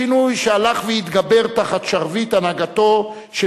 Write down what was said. שינוי שהלך והתגבר תחת שרביט הנהגתו של